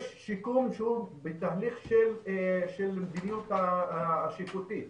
יש שיקום שהוא בתהליך של המדיניות השיפוטית,